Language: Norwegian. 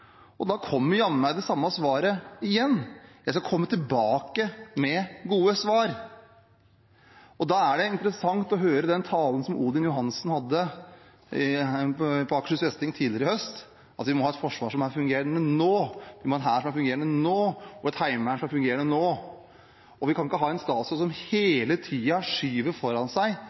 Da kommer jammen meg det samme svaret igjen: «Jeg skal komme tilbake med gode svar.» Det var interessant å høre talen som Odin Johansen holdt på Akershus festning tidligere i høst: Vi må ha et forsvar som fungerer – nå. Vi må ha en hær som fungerer – nå. Vi må ha et heimevern som fungerer – nå. Vi kan ikke ha en statsråd som hele tiden skyver foran seg